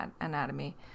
Anatomy